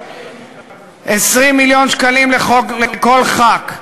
20 מיליון שקלים לכל ח"כ,